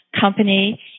company